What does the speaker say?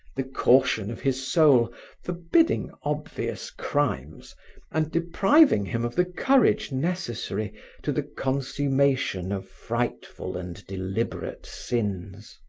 the caution of his soul forbidding obvious crimes and depriving him of the courage necessary to the consummation of frightful and deliberate sins.